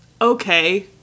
Okay